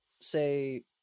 say